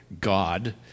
God